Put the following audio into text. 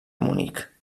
munic